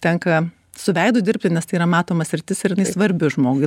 tenka su veidu dirbti nes tai yra matoma sritis ir jinai svarbi žmogui